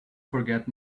forget